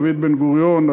דוד בן-גוריון,